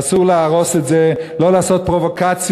ואסור להרוס את זה, לא לעשות פרובוקציות,